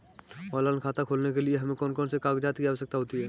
Online खाता खोलने के लिए हमें कौन कौन से कागजात की आवश्यकता होती है?